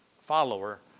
follower